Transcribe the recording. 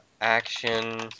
Action